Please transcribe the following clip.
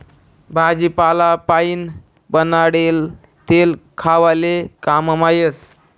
भाजीपाला पाइन बनाडेल तेल खावाले काममा येस